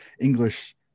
English